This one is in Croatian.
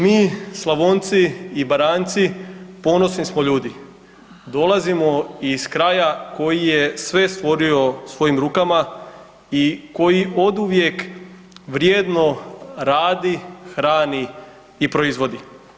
Mi Slavonci i Baranjci ponosni smo ljudi, dolazimo iz kraja koji je sve stvorio svojim rukama i koji oduvijek vrijedno radi, hrani i proizvodi.